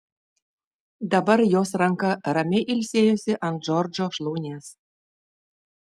dabar jos ranka ramiai ilsėjosi ant džordžo šlaunies